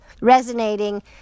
resonating